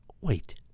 Wait